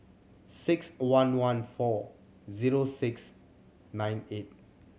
six one one four zero six nine eight